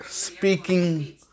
speaking